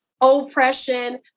oppression